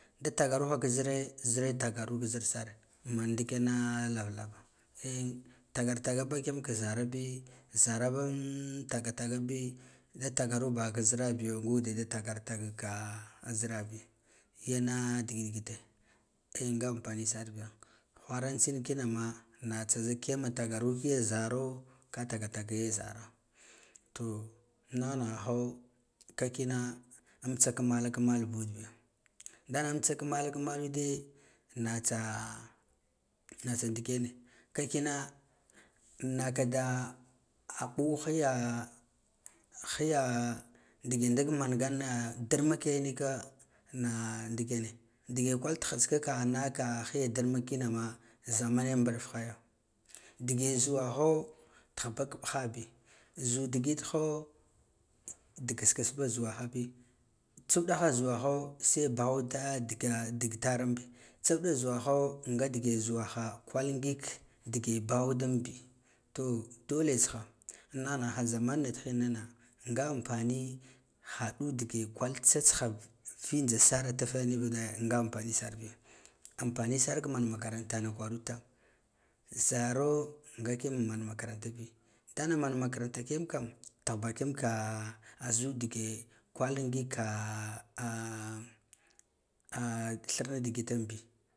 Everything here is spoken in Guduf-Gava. Ɗa takaruha ka zire, zire takara ka zirsar man ndikena lavalava eh takartakaba kiyam ka zara bi zara ban takatakabi da takaru baha ki zira bi yo ngude da takara taka ka zirabi yena digid te nga ampani sar biya wharan tbinkin ama natsa zik kiyam takara kiya zaro kataka ya zara to nigha nighaho kakina amtsa kamalan kam al budni dena amtsa kamala kamalude natsa nats a ndikene kakina annakada mɓi higa higa nd egen damangane dirmuke nika na ndillene ya kwaltsika ka naka hiya ndirmuk kinama zama nin mbufeya dige zuwaho tahba ka mbaha bi zu digidho dig kiss kiss ba zuwaha bi tsu udaha zuwaho tsiuda zuwaho jebawola ɗa gedigtar mbi tsauda zuwaho nga dige zuwa ha kwal ngig dige bohod bi to dole tsma anna nighala zaman na tihinana nga ampani had udige kwal tsatsha vigha sartife nuvuda nga ampani sarbi ampanisar ka manmakaranta na kwarud tam zuno nga kigan man marantabi da natsa mun makaranta kijam kam jahba kiya ka zu ɗege kal ngig ka hira digi tambi